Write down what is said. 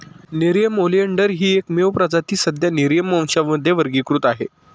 Nerium oleander ही एकमेव प्रजाती सध्या नेरिअम वंशामध्ये वर्गीकृत आहे